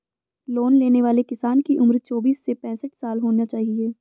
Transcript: loan लेने वाले किसान की उम्र चौबीस से पैंसठ साल होना चाहिए